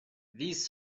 these